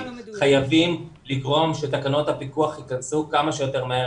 חייבים לגרום לכך שתקנות הפיקוח ייכנסו כמה שיותר מהר,